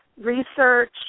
research